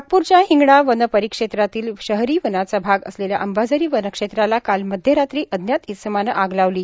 नागपूरच्या हिंगणा वनपरिक्षेत्रातील शहरी वनाचा भाग असलेल्या अंबाझरी वनक्षेत्राला काल मध्यरात्री अज्ञात इसमानं आग लावली